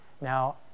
now